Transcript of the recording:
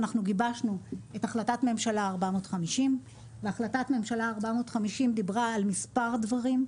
אנחנו גיבשנו את החלטת ממשלה 450. החלטת ממשלה 450 דיברה על מספר דברים,